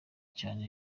cyane